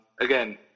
Again